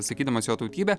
sakydamas jo tautybę